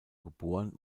geboren